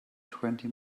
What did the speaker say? twenty